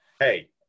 Hey